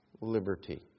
liberty